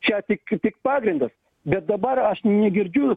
čia tik tik pagrindas bet dabar aš negirdžiu